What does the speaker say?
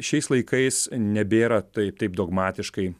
šiais laikais nebėra taip taip dogmatiškai